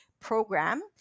program